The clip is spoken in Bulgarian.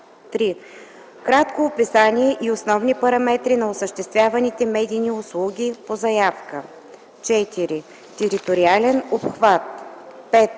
3. кратко описание и основни параметри на осъществяваните медийни услуги по заявка; 4. териториален обхват; 5.